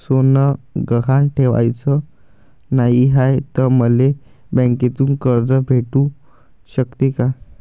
सोनं गहान ठेवाच नाही हाय, त मले बँकेतून कर्ज भेटू शकते का?